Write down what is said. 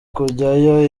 kujyayo